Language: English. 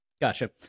Gotcha